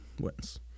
wins